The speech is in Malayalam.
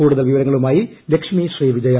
കൂടുതൽ വിവരങ്ങളുമായി ലക്ഷ്മി ശ്രീ വിജയ